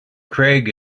craig